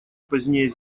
позднее